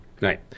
Right